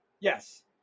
yes